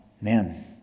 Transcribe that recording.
Man